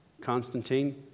Constantine